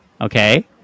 Okay